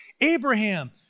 Abraham